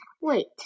Wait